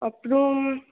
அப்புறம்